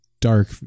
dark